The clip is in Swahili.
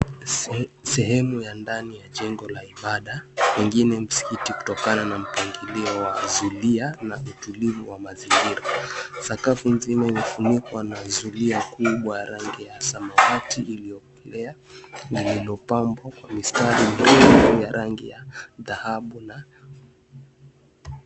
Sehemu ya ndani ya jengo la ibada, pengine msikiti kutokana na mpangilio wa zulia na utulivu wa mazingira. Sakafu nzima imefunikwa na zulia kubwa ya rangi ya samawati iliyokolea, lililopambwa kwa mistari miwili ya rangi ya dhahabu na...